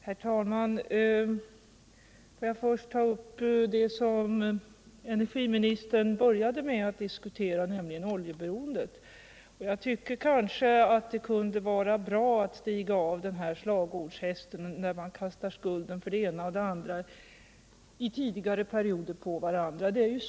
Herr talman! Får jag först ta upp det som energiministern började med att diskutera, nämligen oljeberoendet. Jag tycker att det kunde vara bra att stiga av den här slagordshästen, där man kastar skulden för det ena eller det andra från tidigare perioder på varandra.